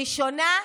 ראשונה?